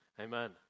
amen